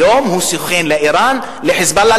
היום הוא סוכן של אירן, של "חיזבאללה".